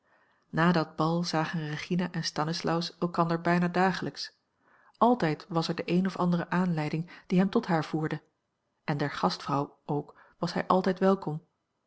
dat bal zagen regina en stanislaus elkander bijna dagelijks altijd was er de eene of andere aanleiding die hem tot haar voerde en der gastvrouw ook was hij altijd welkom